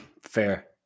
Fair